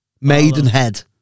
Maidenhead